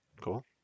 Cool